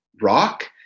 rock